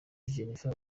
jennifer